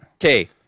Okay